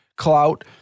clout